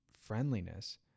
friendliness